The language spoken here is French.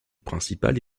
principale